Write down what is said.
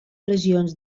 regions